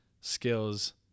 skills